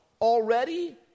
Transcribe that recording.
Already